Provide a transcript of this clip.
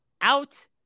out